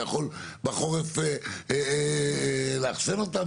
אתה יכול בחורף לאחסן אותם,